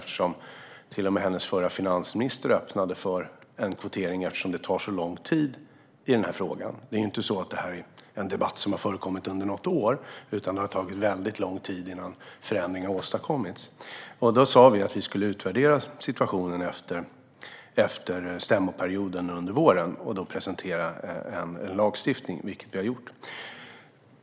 Till och med hennes förra finansminister öppnade för en kvotering eftersom det tar så lång tid med denna fråga. Detta är ju inte en debatt som har förekommit under något år, utan det har tagit lång tid innan förändring har åstadkommits. Vi sa då att vi skulle utvärdera situationen efter stämmoperioden under våren och då presentera en lagstiftning, vilket vi också har gjort.